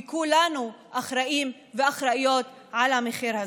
וכולנו אחראים ואחראיות על המחיר הזה.